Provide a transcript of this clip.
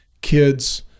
kids